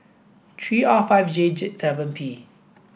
three R five J Jseven P